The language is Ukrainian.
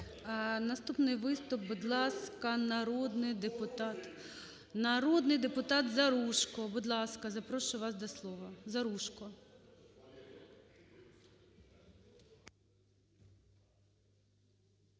Наступний виступ, будь ласка, народний депутат... Народний депутат Заружко, будь ласка, запрошую вас до слова. Заружко.